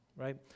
Right